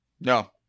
No